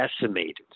decimated